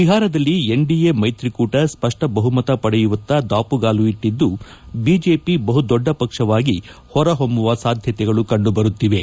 ಬಿಹಾರದಲ್ಲಿ ಎನ್ಡಿಎ ಮೈತ್ರಿಕೂಟ ಸ್ಪಷ್ಟ ಬಹುಮತ ಪಡೆಯುವತ್ತ ದಾಪುಗಾಲು ಇಟ್ಟಿದ್ದು ಬಿಜೆಪಿ ಬಹುದೊಡ್ಡ ಪಕ್ಷವಾಗಿ ಹೊರ ಹೊಮ್ಮುವ ಸಾಧ್ಯತೆಗಳು ಕಂಡುಬರುತ್ತಿವೆ